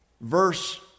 verse